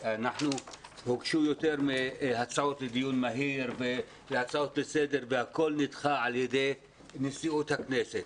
הוגשו הצעות לדיון מהיר והצעות לסדר והכול נדחה על-ידי נשיאות הכנסת.